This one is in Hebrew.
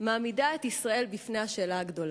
מעמידה את ישראל בפני השאלה הגדולה,